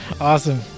Awesome